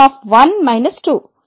f1 2